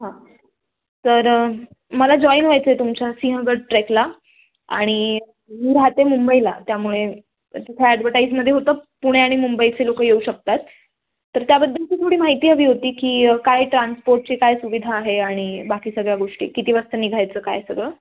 हां तर मला जॉईन व्हायचं आहे तुमच्या सिंहगड ट्रेकला आणि मी राहते मुंबईला त्यामुळे तिथे ॲडव्हर्टाईजमध्ये होतं पुणे आणि मुंबईचे लोक येऊ शकतात तर त्याबद्दल पण थोडी माहिती हवी होती की काय ट्रान्सपोर्टची काय सुविधा आहे आणि बाकी सगळ्या गोष्टी किती वाजता निघायचं काय सगळं